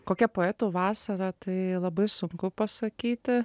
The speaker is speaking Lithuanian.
kokia poetų vasara tai labai sunku pasakyti